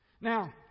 Now